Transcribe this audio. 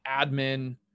admin